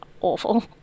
awful